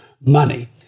Money